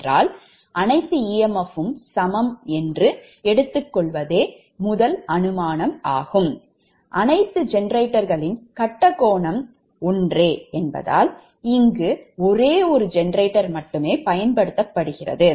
என்றால் அனைத்து emfவும் சமம்மாகும் மற்றும் அனைத்து ஜெனரேட்டர்களின் கட்ட கோணம் ஒன்ரே என்பதால் இங்கு ஒரே ஒரு ஜெனரேட்டர் மட்டுமே பயன்படுத்தபடுகிறது